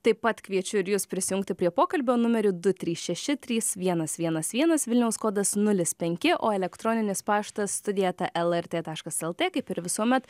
taip pat kviečiu ir jus prisijungti prie pokalbio numeriu du trys šeši trys vienas vienas vienas vilniaus kodas nulis penki o elektroninis paštas studija eta lrt taškas lt kaip ir visuomet